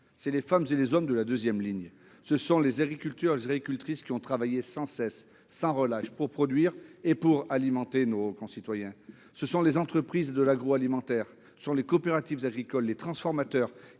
surtout les femmes et les hommes de la deuxième ligne, les agricultrices et les agriculteurs qui ont travaillé sans relâche pour produire et alimenter nos concitoyens, les entreprises de l'agroalimentaire, les coopératives agricoles, les transformateurs